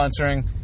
sponsoring